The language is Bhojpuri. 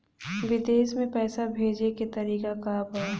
विदेश में पैसा भेजे के तरीका का बा?